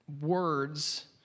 words